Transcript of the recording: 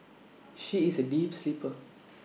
she is A deep sleeper